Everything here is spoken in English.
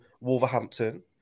Wolverhampton